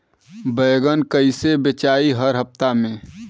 बैगन कईसे बेचाई हर हफ्ता में?